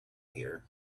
here